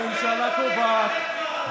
הממשלה קובעת,